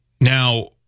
Now